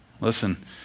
Listen